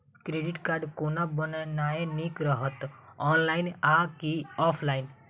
Credit card कोना बनेनाय नीक रहत? ऑनलाइन आ की ऑफलाइन?